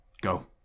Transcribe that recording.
Go